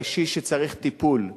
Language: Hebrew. קשיש שצריך טיפול,